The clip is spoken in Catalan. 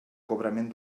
cobrament